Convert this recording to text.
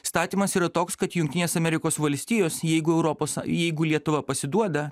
statymas yra toks kad jungtinės amerikos valstijos jeigu europos sa jeigu lietuva pasiduoda